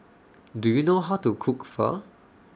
Do YOU know How to Cook Pho